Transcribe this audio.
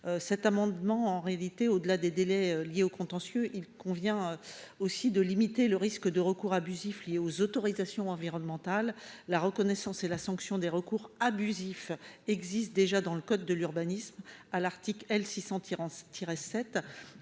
aux enjeux climatiques. Au-delà des délais liés aux contentieux, il convient également de limiter le risque de recours abusifs liés aux autorisations environnementales. La reconnaissance et la sanction des recours abusifs figurent déjà dans le code de l'urbanisme, à son article L. 600-7.